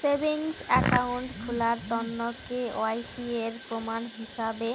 savings account খুলার তন্ন KYC এর প্রমাণ হিছাবে